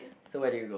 so where do you go